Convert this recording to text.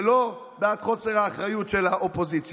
ולא בעד חוסר האחריות של האופוזיציה.